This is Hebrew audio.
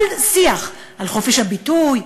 כל שיח על חופש הביטוי,